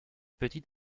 petit